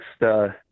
next –